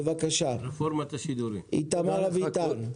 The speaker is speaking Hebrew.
בבקשה, איתמר אביטן.